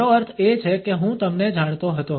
મારો અર્થ એ છે કે હું તમને જાણતો હતો